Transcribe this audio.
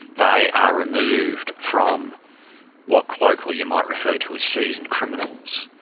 they are removed from what colloquially you might refer to as seasoned criminals,